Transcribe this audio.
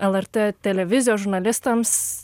lrt televizijos žurnalistams